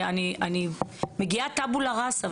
אני מגיעה טאבולה ראסה,